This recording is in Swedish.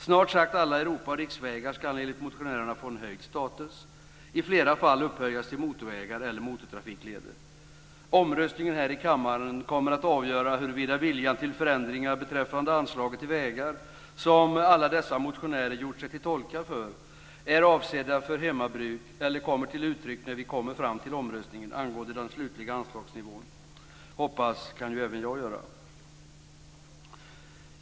Snart sagt alla Europa och riksvägar ska enligt motionärerna få en höjd status. I flera fall ska de upphöjas till motorvägar eller motortrafikleder. Omröstningen här i kammaren kommer att avgöra huruvida viljan till förändringar beträffande anslaget till vägar som alla dessa motionärer gjort sig till tolkar för är avsedd för hemmabruk eller kommer till uttryck när vi kommer fram till omröstningen angående den slutliga anslagsnivån. Hoppas kan ju även jag göra.